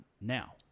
now